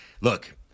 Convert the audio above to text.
look